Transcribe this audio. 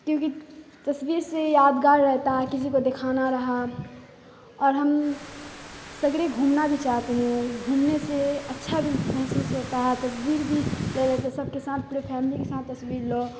کیونکہ تصویر سے یادگار رہتا ہے کسی کو دکھانا رہا اور ہم سگڑے گھومنا بھی چاہتے ہیں گھومنے سے اچھا بھی محسوس ہوتا ہے تصویر بھی لے رہتے سب کے ساتھ پورے فیملی کے ساتھ تصویر لو